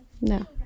No